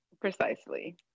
Precisely